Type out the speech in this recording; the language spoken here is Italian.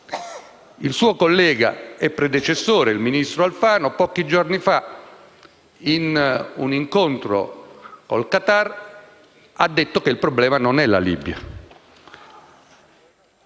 Il suo collega e predecessore, il ministro Alfano, pochi giorni fa, in un incontro con il Qatar, ha detto che il problema non è la Libia.